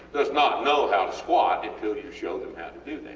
does not know how to squat until you show them how to do that,